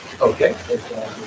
Okay